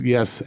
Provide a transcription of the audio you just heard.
Yes